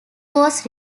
was